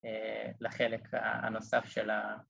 ‫לחלק הנוסף של ה...